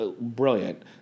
brilliant